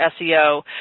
SEO